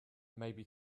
maybe